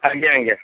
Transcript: ଆଜ୍ଞା ଆଜ୍ଞା